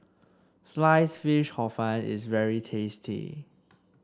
slice fish Hor Fun is very tasty